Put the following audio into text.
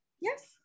Yes